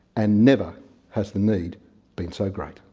and never has the need been so great.